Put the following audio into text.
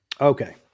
Okay